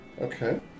Okay